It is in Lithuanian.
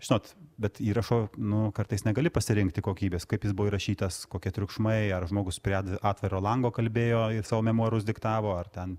žinot bet įrašo nu kartais negali pasirinkti kokybės kaip jis buvo įrašytas kokie triukšmai ar žmogus prie atviro lango kalbėjo savo memuarus diktavo ar ten